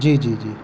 جی جی جی